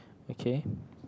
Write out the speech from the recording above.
okay